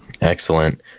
Excellent